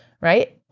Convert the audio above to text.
right